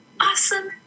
awesome